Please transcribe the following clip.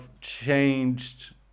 changed